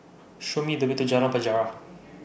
Show Me The Way to Jalan Penjara